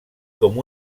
com